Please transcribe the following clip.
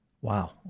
wow